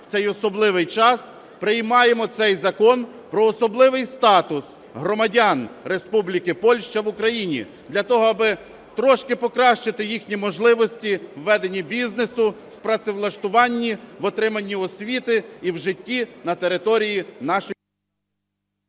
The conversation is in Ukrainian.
в цей особливий час, приймаємо цей закон про особливий статус громадян Республіки Польща в Україні, для того, аби трішки покращити їхні можливості в веденні бізнесу, в працевлаштуванні, в отриманні освіти і в житті на території нашої…